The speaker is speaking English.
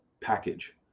package